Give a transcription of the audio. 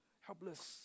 helpless